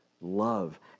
love